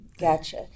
Gotcha